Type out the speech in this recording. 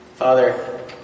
Father